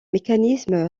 mécanisme